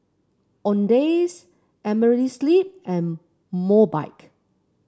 Owndays Amerisleep and Mobike